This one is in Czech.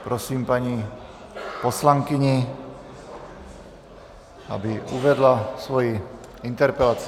Prosím paní poslankyni, aby uvedla svoji interpelaci.